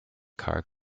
car